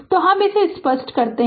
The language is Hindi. तो हम इसे स्पष्ट करते है